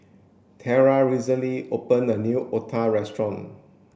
terell recently opened a new otah restaurant